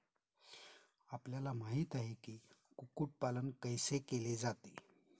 आपल्याला माहित आहे की, कुक्कुट पालन कैसे केले जाते?